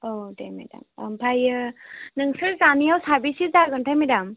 औ दे मेडाम ओमफ्राय नोंसोर जानायाव साबेसे जागोनथाय मेडाम